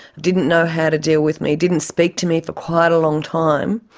didn't know how to deal with me, didn't speak to me for quite a long time,